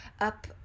up